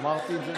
אמרתי את זה